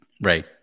Right